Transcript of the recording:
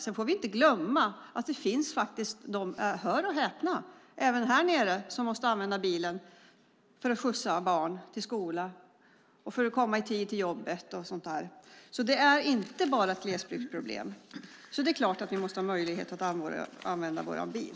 Sedan får vi inte glömma att det - hör och häpna - även här nere finns de som måste använda bilen för att skjutsa barn till skolan, komma i tid till jobbet och så vidare. Det är alltså inte bara ett glesbygdsproblem, och det är klart att vi måste ha möjlighet att använda vår bil.